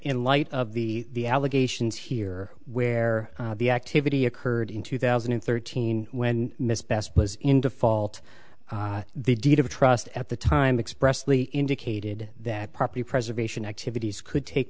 in light of the allegations here where the activity occurred in two thousand and thirteen when miss best was in default the deed of trust at the time expressly indicated that property preservation activities could take